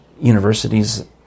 universities